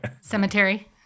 cemetery